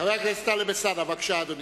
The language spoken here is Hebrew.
חבר הכנסת טלב אלסאנע, בבקשה, אדוני.